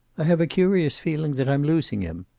i have a curious feeling that i am losing him.